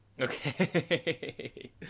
okay